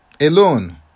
alone